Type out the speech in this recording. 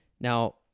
Now